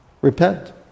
Repent